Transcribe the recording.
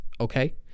okay